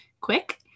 quick